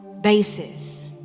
basis